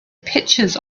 pictures